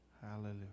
Hallelujah